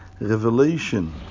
revelation